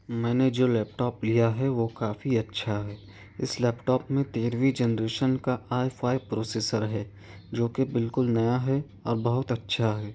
میں نے جو لیپ ٹاپ لیا ہے وہ کافی اچھا ہے اس لیپ ٹاپ میں تیرھویں جنریشن کا آئی فائیو پروسیسر ہے جو کہ بالکل نیا ہے اور بہت اچھا ہے